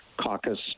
caucus